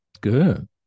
Good